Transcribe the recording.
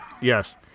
Yes